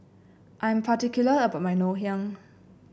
I am particular about my Ngoh Hiang